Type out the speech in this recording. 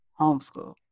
homeschool